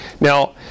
Now